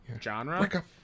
genre